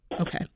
Okay